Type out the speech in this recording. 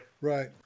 Right